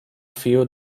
few